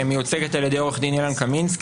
מיוצגת על ידי עורך דין אילן קמינצקי,